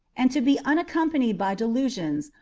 and to be unaccompanied by delusions,